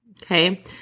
Okay